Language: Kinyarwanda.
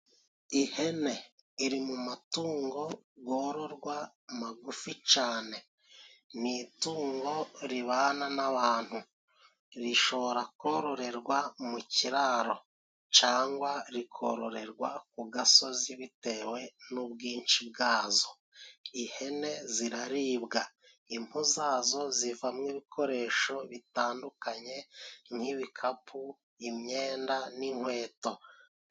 Ihene iri mu matungo yororwa magufi cyane. Ni itungo ribana n'abantu rishobora kororerwa mu kiraro cyangwa rikororerwa ku gasozi bitewe n'ubwinshi bwazo. Ihene ziraribwa, impu zazo zivamo ibikoresho bitandukanye nk'ibikapu, imyenda n'inkweto.